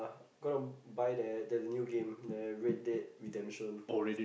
gonna buy their their new game their red dead redemption